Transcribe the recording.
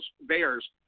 Bears